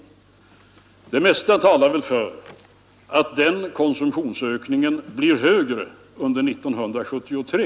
Det ———— mesta talar väl för att konsumtionsökningen blir högre under 1973.